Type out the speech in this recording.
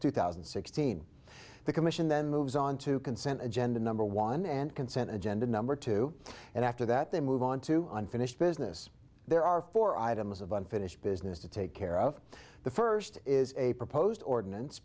two thousand and sixteen the commission then moves on to consent agenda number one and consent agenda number two and after that they move on to unfinished business there are four items of unfinished business to take care of the first is a proposed ordinance